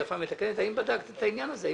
האם בדקת את העניין הזה?